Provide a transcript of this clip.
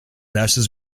ashes